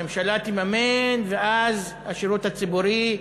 הממשלה תממן ואז השירות הציבורי,